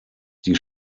die